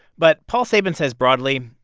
but paul sabin says broadly,